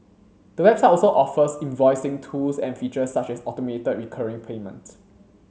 the website also offers invoicing tools and features such as automated recurring payments